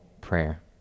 prayer